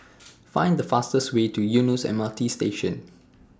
Find The fastest Way to Eunos M R T Station